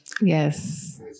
Yes